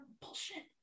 Bullshit